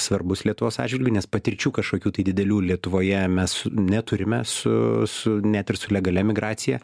svarbus lietuvos atžvilgiu nes patirčių kažkokių tai didelių lietuvoje mes su neturime su su net ir su legalia migracija